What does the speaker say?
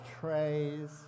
trays